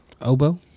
Oboe